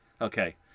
Okay